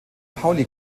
pauli